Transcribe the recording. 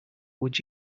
would